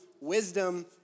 wisdom